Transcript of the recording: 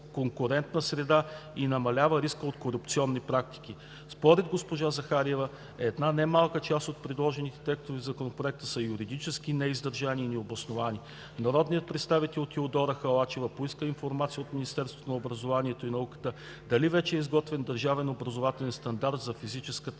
конкурентна среда и намалява риска от корупционни практики. Според госпожа Захариева една не малка част от предложените текстове в Законопроекта са юридически неиздържани и необосновани. Народният представител Теодора Халачева поиска информация от Министерството на образованието и науката дали вече е изготвен Държавния образователен стандарт за физическа